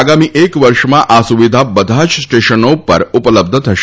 આગામી એક વર્ષમાં આ સુવિધા બધા જ સ્ટેશનો ઉપર ઉપલબ્ધ થશે